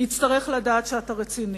יצטרך לדעת שאתה רציני,